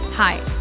Hi